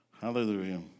Hallelujah